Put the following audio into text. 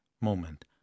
moment